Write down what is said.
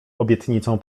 obietnicą